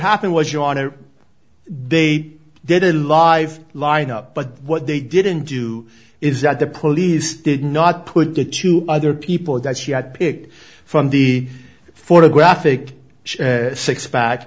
happened was you want to they did a live lineup but what they didn't do is that the police did not put the two other people that she had picked from the photographic six